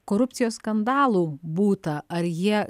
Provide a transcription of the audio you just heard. korupcijos skandalų būta ar jie